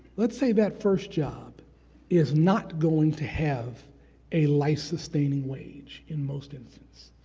let's say that first job is not going to have a life-sustaining wage in most instances.